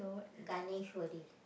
Ganesh worry